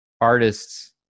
artists